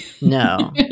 No